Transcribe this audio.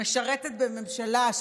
שמשרתת בממשלה,